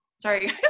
Sorry